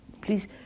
Please